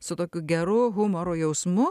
su tokiu geru humoro jausmu